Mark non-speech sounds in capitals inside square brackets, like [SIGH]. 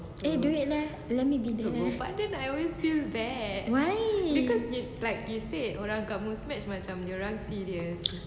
eh do it leh let me be the [LAUGHS] why